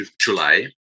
July